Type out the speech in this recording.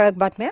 ठळक बातम्या